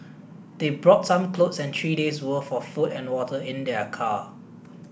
they brought some clothes and three days' worth of food and water in their car